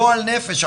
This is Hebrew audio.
גועל נפש,